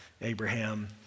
Abraham